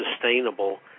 sustainable